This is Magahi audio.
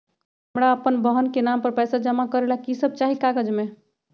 हमरा अपन बहन के नाम पर पैसा जमा करे ला कि सब चाहि कागज मे?